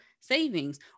savings